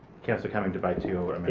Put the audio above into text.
councillor cumming debate to your